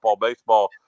baseball